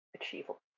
achievable